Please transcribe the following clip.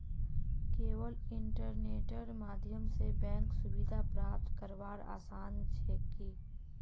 केवल इन्टरनेटेर माध्यम स बैंक सुविधा प्राप्त करवार आसान छेक की